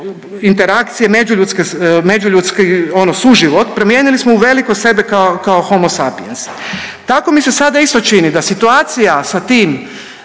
interakcije međuljudski ono suživot, promijenili smo uveliko sebe kao homosapiens. Tako mi se sada isto čini da situacija sa tim